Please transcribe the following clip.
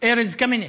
ארז קמיניץ.